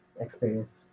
experience